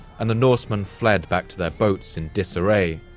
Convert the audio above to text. and the norsemen fled back to their boats in disarray,